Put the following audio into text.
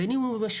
בין אם הוא משולב,